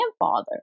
grandfather